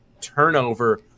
turnover